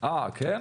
שפכי תעשייה